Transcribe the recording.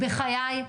בחיי,